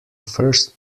first